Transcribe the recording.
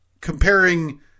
Comparing